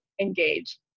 engage